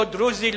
לא דרוזי,